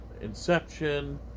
inception